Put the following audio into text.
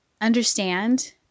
understand